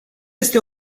este